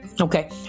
okay